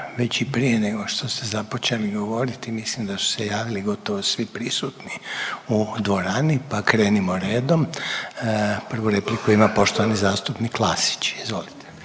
Već i prije nego što ste započeli govoriti, mislim da su se javili gotovo svi prisutni u dvorani, pa krenimo redom. Prvu repliku ima poštovani zastupnik Klasić, izvolite.